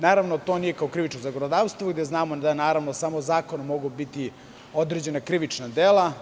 Naravno, to nije kao krivično zakonodavstvo i znamo da samo zakonom mogu biti određena krivična dela.